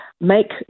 make